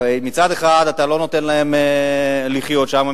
הרי מצד אחד אתה לא נותן להם לחיות שם,